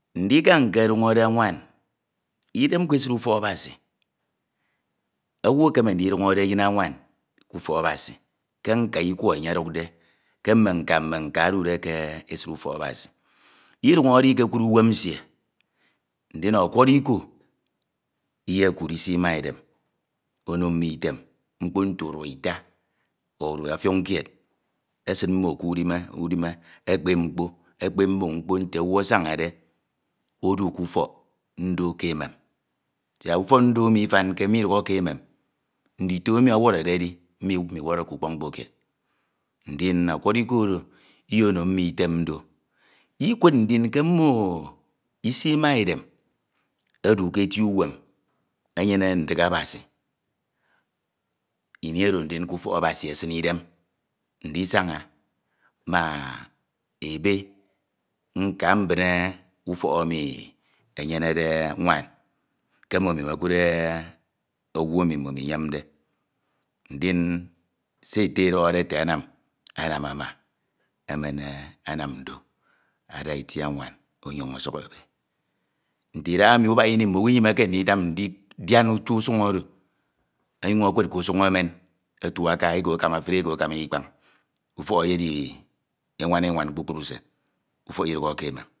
ndika nkeduñore nwan idena ke esid ufọk Abasi owu ekeme ndikeduñore nwan ke ufọk Abasi. ke nta ikwo enye ọdukde. ke mme mka. mme nka odude ke. esid ufọk Abasi. iduñore ikekud unem nsie ndin ọkwọro iko iyekud isi ma edem ono mmo item mkpo nte urua ita o ofioñ med. esin mmo kudime udime ekpep mkpo. ekpep mkpo nte owu asanade odu ke ufok ndo ke emem. siak ufọk ndo mmifanke. midukhọ ke emem. ndito emi ewọrode edi mmo imiwọrọke ukpok mkpo kied. ndin okwọrrọ iko oro iyeno mmo item ndo. ikud ndinke mmono, isi ma edem. ọduke eti awem enyene ndik Abasi. ini oro ndin e ufok. Abasi esin idem nchsaña ma ebẽ nke mbine ufok emi enyenede nwam ke mmhno imekud owu emi mmimo iyemde. nchi se ete ọdọkhọde ete anam. anam anam ama. emen anam ndo ada eti anwan onyoñ osukho. Nte idahami ibakimi mmowu inyimeke aba ndidiara uto usua oro. enyuñ ekud ke usuñ emen otu aka. eko akama efud eko akama ikan. ufok eyedi enwan enwan kpukpru usen. ufok idukhọ aba ke emem.